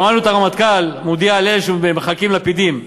שמענו את הרמטכ"ל מודיע שמחלקים לפידים.